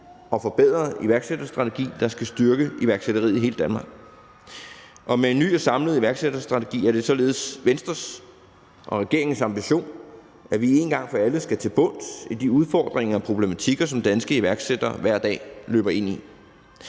og forbedret iværksætterstrategi, der skal styrke iværksætteriet i hele Danmark. Med en ny og samlet iværksætterstrategi er det således Venstres og regeringens ambition, at vi en gang for alle skal til bunds i de udfordringer og problematikker, som danske iværksættere hver dag løber ind i.